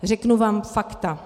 Řeknu vám fakta.